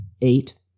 Eight